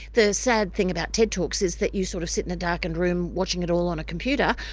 the sad thing about ted talks is that you sort of sit in a darkened room watching it all on a computer,